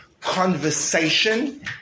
conversation